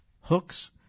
hooks